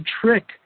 trick